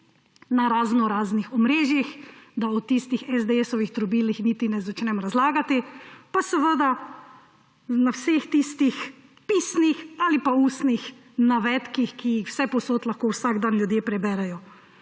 na raznoraznih omrežjih, da o tistih SDS-ovih trobilih niti ne začnem razlagati, pa seveda na vseh tistih pisnih ali pa ustnih navedkih, ki jih vsepovsod lahko vsak dan ljudje preberejo.